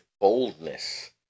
boldness